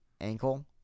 ankle